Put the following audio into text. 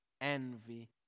envy